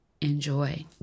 Enjoy